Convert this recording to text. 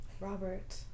Robert